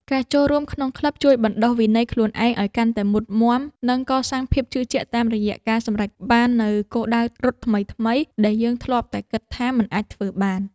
ការចូលរួមក្នុងក្លឹបជួយបណ្ដុះវិន័យខ្លួនឯងឱ្យកាន់តែមុតមាំ និងកសាងភាពជឿជាក់តាមរយៈការសម្រេចបាននូវគោលដៅរត់ថ្មីៗដែលយើងធ្លាប់តែគិតថាមិនអាចធ្វើបាន។